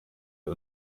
der